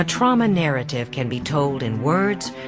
ah trauma narrative can be told in words,